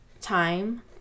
time